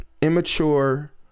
immature